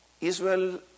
Israel